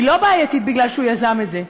היא לא בעייתית כי הוא יזם את זה,